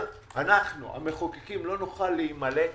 המחוקקים לא נוכל להימלט